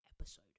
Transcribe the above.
episode